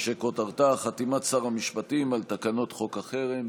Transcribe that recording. שכותרתה: חתימת שר המשפטים על תקנות חוק החרם.